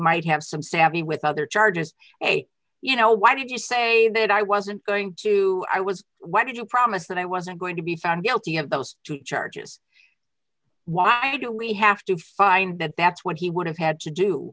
might have some savvy with other charges you know why did you say that i wasn't going to i was what did you promise that i wasn't going to be found guilty of those two charges why do we have to find that that's what he would have had to do